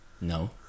No